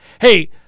Hey